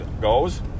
goes